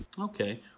Okay